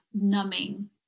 numbing